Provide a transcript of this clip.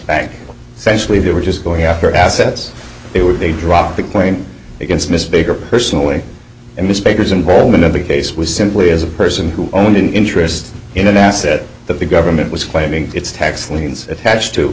bank especially if they were just going after assets they were they dropped the claim against miss baker personal way and his papers involvement in the case was simply as a person who owned an interest in an asset that the government was claiming its tax liens attached to